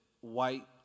white